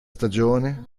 stagione